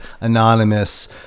anonymous